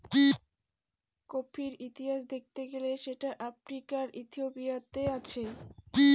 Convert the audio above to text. কফির ইতিহাস দেখতে গেলে সেটা আফ্রিকার ইথিওপিয়াতে আছে